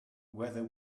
whether